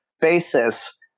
basis